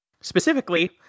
Specifically